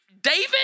David